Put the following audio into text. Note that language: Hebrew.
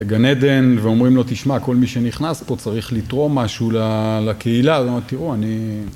בגן עדן, ואומרים לו, תשמע, כל מי שנכנס פה צריך לתרום משהו לקהילה. אז הוא אומר, תראו, אני...